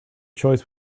choice